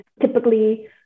typically